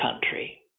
country